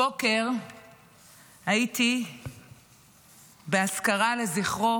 הבוקר הייתי באזכרה לזכרו